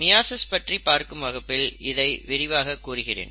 meiosis பற்றி பார்க்கும் வகுப்பில் இதை விரிவாகக் கூறுகிறேன்